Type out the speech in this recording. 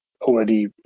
already